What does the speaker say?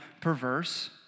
perverse